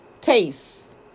taste